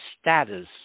status